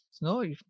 no